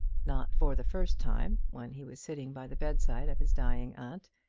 not for the first time, when he was sitting by the bedside of his dying aunt,